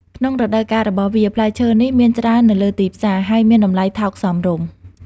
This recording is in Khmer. ក្នុងរដូវកាលរបស់វា ផ្លែឈើនេះមានច្រើននៅលើទីផ្សារ ហើយមានតម្លៃថោកសមរម្យ។